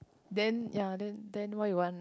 then ya then then what you want